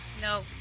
No